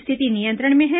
स्थिति नियंत्रण में हैं